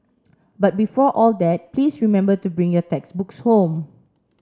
but before all that please remember to bring your textbooks home